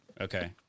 Okay